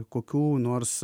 kokių nors